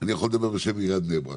אני יכול לדבר בשם עיריית בני ברק.